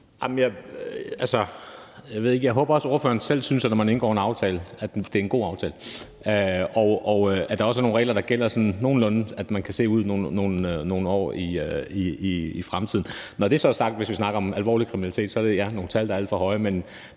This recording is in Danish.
Jeg håber også, at spørgeren selv synes, at når man indgår en aftale, synes man, det er en god aftale, og der også er nogle regler, der gælder sådan nogenlunde, så man kan se nogle år ud i fremtiden. Når det så er sagt, hvis vi snakker om alvorlig kriminalitet, så ja, er det nogle tal, der er alt for høje.